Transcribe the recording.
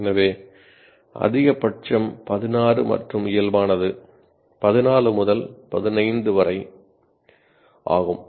எனவே அதிகபட்சம் 16 மற்றும் இயல்பானது 14 முதல் 15 வரை ஆகும்